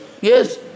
yes